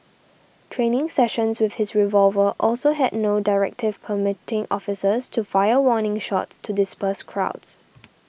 training sessions with his revolver also had no directive permitting officers to fire warning shots to disperse crowds